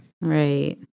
Right